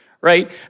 right